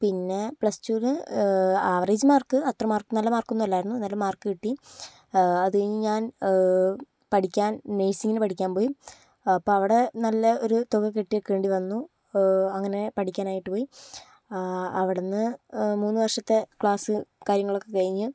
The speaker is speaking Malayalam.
പിന്നെ പ്ലസ് ടുവിന് ആവറേജ് മാർക്ക് അത്ര മാർക്ക് നല്ല മാർക്കൊന്നും അല്ലായിരുന്നു എന്നാലും മാർക്ക് കിട്ടി അത് കഴിഞ്ഞ് ഞാൻ പഠിക്കാൻ നേഴ്സിങ്ങിന് പഠിക്കാൻ പോയി അപ്പം അവിടെ നല്ല ഒരു തുക കെട്ടി വെക്കേണ്ടി വന്നു അങ്ങനെ പഠിക്കാനായിട്ട് പോയി അവിടുന്ന് മൂന്ന് വർഷത്തെ ക്ലാസ്സ് കാര്യങ്ങളൊക്കെ കഴിഞ്ഞ്